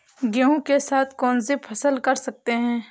गेहूँ के साथ कौनसी फसल कर सकते हैं?